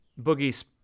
Boogie's